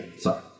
Sorry